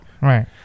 Right